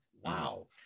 Wow